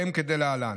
והם כדלהלן: